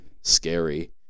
scary